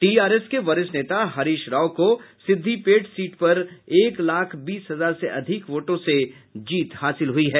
TRS के वरिष्ठ नेता हरीश राव को सिद्दीपेट सीट पर एक लाख बीस हजार से अधिक वोटों से जीत हासिल हुई है